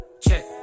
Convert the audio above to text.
Check